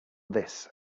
this